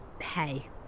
hey